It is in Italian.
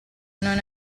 non